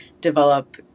develop